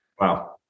Wow